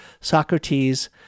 Socrates